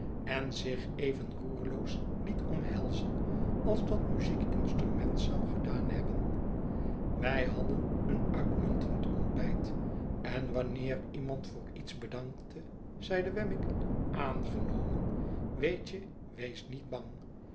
en zich even roerloos liet omhelzen als dat muziekinstrument zou gedaan hebben wij hadden een uitmuntend ontbijt en wanneer iemand voor iets bedankte zeide wemmick aangenomen weetje wees niet bang